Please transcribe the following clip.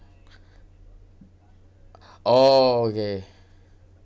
oh okay